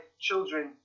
children